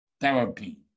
therapy